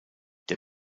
der